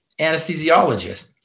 Anesthesiologist